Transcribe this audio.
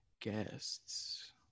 guests